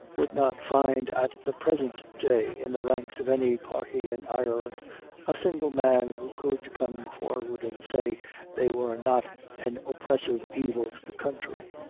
would not find at the present day in the ranks of any party in ireland a single man who could come forward and say they were not an oppressive evil to the country.